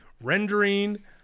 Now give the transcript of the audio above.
Rendering